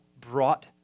brought